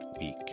week